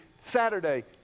Saturday